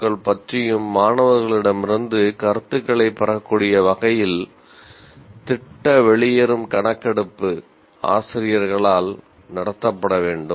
க்கள் பற்றியும் மாணவர்களிடமிருந்து கருத்துக்களைப் பெறக்கூடிய வகையில் திட்ட வெளியேறும் கணக்கெடுப்பு ஆசிரியர்களால் நடத்தப்பட வேண்டும்